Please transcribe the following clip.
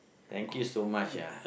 thank you so much ya